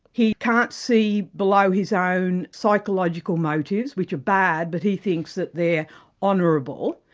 he can't see below his own psychological motives, which are bad, but he thinks that they're honourable,